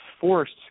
forced